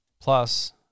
plus